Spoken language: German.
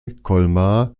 colmar